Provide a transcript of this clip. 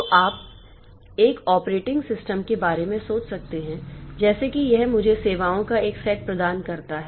तो आप एक ऑपरेटिंग सिस्टम के बारे में सोच सकते हैं जैसे कि यह मुझे सेवाओं का एक सेट प्रदान करता है